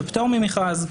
של פטור ממכרז.